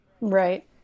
Right